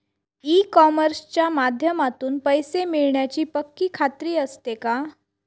E कॉमर्सच्या माध्यमातून पैसे मिळण्याची पक्की खात्री असते का?